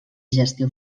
gestió